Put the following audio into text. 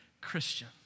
Christian